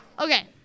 Okay